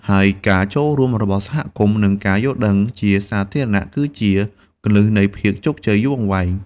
ហើយការចូលរួមរបស់សហគមន៍ និងការយល់ដឹងជាសាធារណៈគឺជាគន្លឹះនៃភាពជោគជ័យយូរអង្វែង។